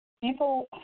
People